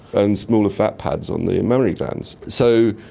and smaller fat pads on the mammary glands. so